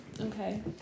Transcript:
Okay